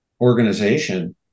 organization